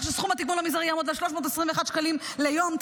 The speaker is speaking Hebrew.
כך שסכום התיקון המזערי יעמוד 321 שקלים ליום.